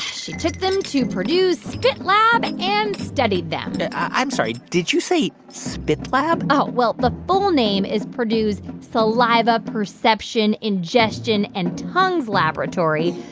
she took them to purdue's spit lab and studied them i'm sorry. did you say spit lab? well, the full name is purdue's saliva, perception, ingestion and tongues laboratory.